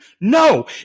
No